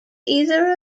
either